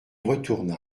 retourna